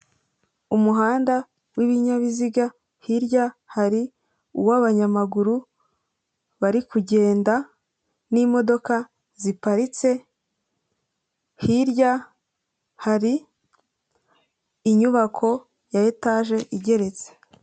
Umuhanda w'ibinyabiziga hirya hari uw'abanyamaguru bariku kugenda n'imodoka ziparitse hirya hari inyubako ya etaje igeretse.